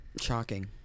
Shocking